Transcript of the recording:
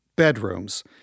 bedrooms